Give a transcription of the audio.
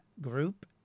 group